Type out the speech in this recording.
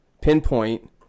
pinpoint